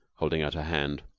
holding out her hand.